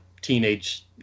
teenage